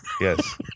Yes